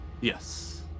Yes